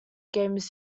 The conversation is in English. games